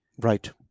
Right